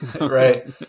right